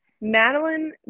Madeline